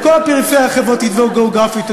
את כל הפריפריה החברתית והגיאוגרפית,